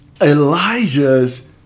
Elijah's